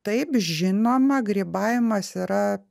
taip žinoma grybavimas yra